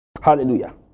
Hallelujah